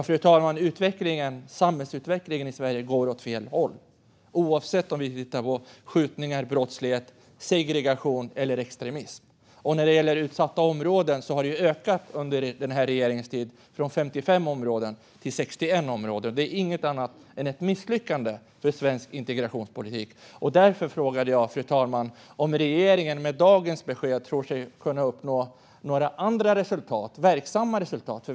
Fru talman! Samhällsutvecklingen i Sverige går åt fel håll, oavsett om vi tittar på skjutningar, brottslighet, segregation eller extremism. När det gäller utsatta områden har dessa under den här regeringens tid ökat från 55 till 61 områden. Det är inget annat än ett misslyckande för svensk integrationspolitik. Därför frågade jag, fru talman, om regeringen med dagens besked tror sig kunna uppnå några andra, verkliga resultat.